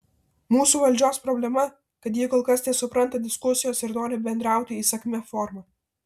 mūsų valdžios problema kad ji kol kas nesupranta diskusijos ir nori bendrauti įsakmia forma